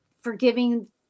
forgiving